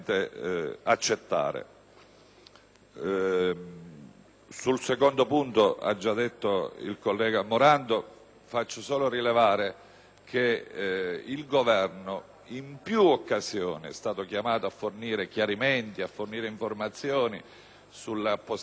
al secondo punto si è già pronunciato il collega Morando, quindi faccio solo rilevare che il Governo in più occasioni è stato chiamato a fornire chiarimenti e informazioni sulle appostazioni di bilancio,